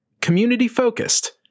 community-focused